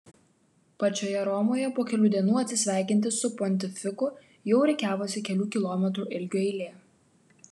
pačioje romoje po kelių dienų atsisveikinti su pontifiku jau rikiavosi kelių kilometrų ilgio eilė